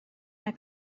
mae